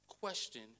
question